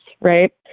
right